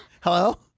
Hello